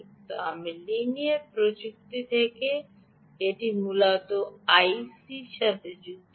আমি লিনিয়ার প্রযুক্তি থেকে এটি মূলত আইসি র সাথে সংযুক্ত করি